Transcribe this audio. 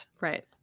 right